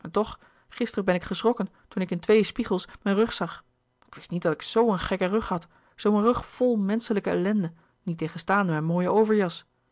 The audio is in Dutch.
en toch gisteren ben ik geschrokken toen ik in twee spiegels mijn rug zag ik wist niet dat ik zoo een gekke rug had zoo een rug vol menschelijke ellende niettegenstaande mijn mooie overjas